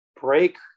break